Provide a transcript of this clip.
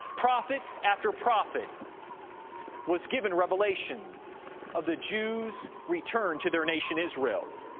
prophet after prophet was given revelation of the jews returned to their nation israel.